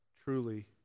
truly